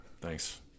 Thanks